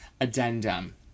addendum